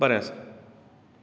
बरें आसा